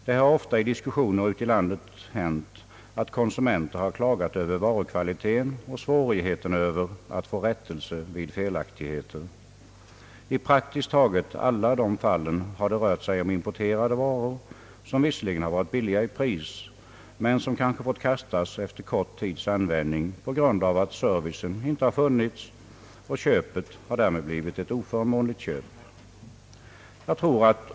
Det har ofta i diskussioner ute i landet hänt att konsumenter har klagat över varukvaliteten och svårigheten att få rättelse vid felaktigheter. I praktiskt taget alla dessa fall har det rört sig om importerade varor, som visserligen har varit billiga i pris, men som kanske har fått kastas efter kort tids användning på grund av att service inte har funnits. Köpet har därmed blivit ett oförmånligt köp.